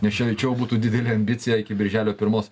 nes čia čia jau būtų didelė ambicija iki birželio pirmos